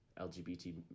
LGBT